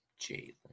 Jalen